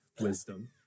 wisdom